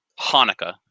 Hanukkah